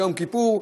וביום כיפור,